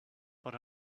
but